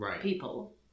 people